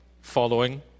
following